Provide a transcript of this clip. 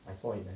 I saw it man